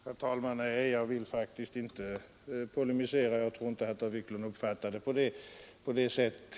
Herr talman! Nej, jag vill inte polemisera, och jag tror inte heller att herr Wiklund uppfattar mitt inlägg på det sättet.